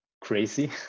crazy